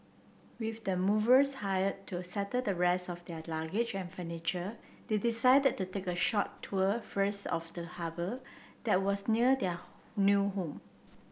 with the movers hired to settle the rest of their luggage and furniture they decided to take a short tour first of the harbour that was near their new home